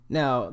now